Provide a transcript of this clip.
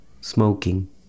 smoking